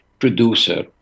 producer